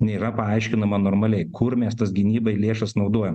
nėra paaiškinama normaliai kur mes tas gynybai lėšas naudojam